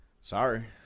Sorry